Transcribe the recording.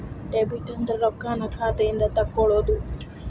debit ಅಂದ್ರ ರೊಕ್ಕಾನ್ನ ಖಾತೆಯಿಂದ ತೆಕ್ಕೊಳ್ಳೊದು